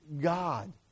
God